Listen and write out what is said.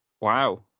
Wow